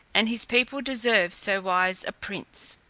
and his people deserve so wise a prince.